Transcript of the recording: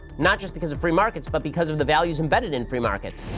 not just because of free markets, but because of the values embedded in free markets.